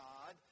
God